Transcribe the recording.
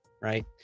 right